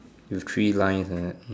with three lines like that